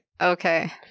Okay